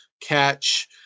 catch